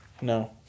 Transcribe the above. No